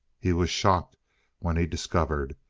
he was shocked when he discovered.